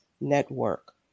Network